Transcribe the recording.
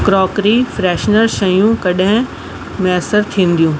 crockery freshener शयूं कॾहिं मुयसरु थींदियूं